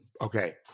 Okay